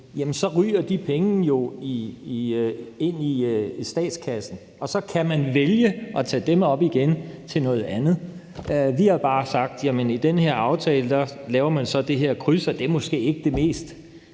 så ryger de penge jo ind i statskassen, og så kan man vælge at tage dem op igen til noget andet. Vi har bare sagt, at i den her aftale laver man så det her kryds – og det er måske ikke det mest